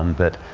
um but,